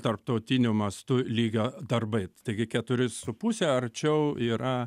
tarptautiniu mastu lygio darbai taigi keturi su puse arčiau yra